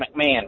McMahon